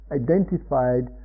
identified